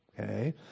Okay